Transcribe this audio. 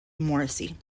morrissey